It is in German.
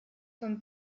vom